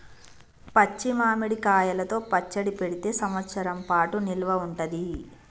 పచ్చి మామిడి కాయలతో పచ్చడి పెడితే సంవత్సరం పాటు నిల్వ ఉంటది